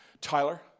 Tyler